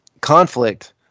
conflict